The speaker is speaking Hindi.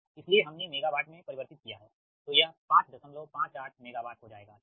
इसलिए हमने मेगावाट में परिवर्तित किया हैंतो यह 558 मेगावाट हो जाएगा ठीक